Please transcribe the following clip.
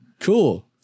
Cool